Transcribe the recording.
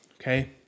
okay